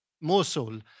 Mosul